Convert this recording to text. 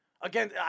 Again